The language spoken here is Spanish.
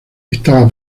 estaba